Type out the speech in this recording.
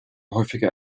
häufiger